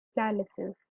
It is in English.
palaces